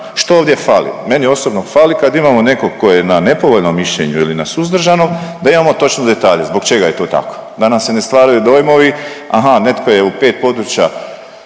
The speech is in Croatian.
što ovdje fali? Meni osobno fali kad imamo nekog tko je na nepovoljnom mišljenju ili na suzdržanom, da imamo točno detalje zbog čega je to tako, da nam se ne stvaraju dojmovi, aha, netko je u 5 područja